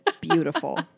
beautiful